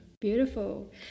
Beautiful